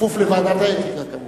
כפוף לוועדת האתיקה, כמובן.